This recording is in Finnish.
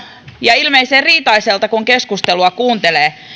ja ilmeisen riitaiselta kun keskustelua kuuntelee